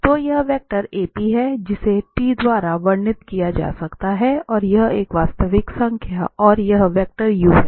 तो यह vector AP है जिसे T द्वारा वर्णित किया जा सकता है और यह एक वास्तविक संख्या और यह वेक्टर u है